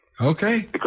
Okay